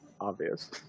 obvious